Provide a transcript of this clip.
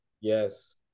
Yes